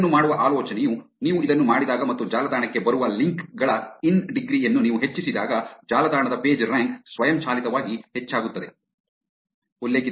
ಇದನ್ನು ಮಾಡುವ ಆಲೋಚನೆಯು ನೀವು ಇದನ್ನು ಮಾಡಿದಾಗ ಮತ್ತು ಜಾಲತಾಣಕ್ಕೆ ಬರುವ ಲಿಂಕ್ ಗಳ ಇನ್ ಡಿಗ್ರಿ ಯನ್ನು ನೀವು ಹೆಚ್ಚಿಸಿದಾಗ ಜಾಲತಾಣದ ಪೇಜ್ರ್ಯಾಂಕ್ ಸ್ವಯಂಚಾಲಿತವಾಗಿ ಹೆಚ್ಚಾಗುತ್ತದೆ